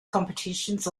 competitions